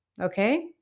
okay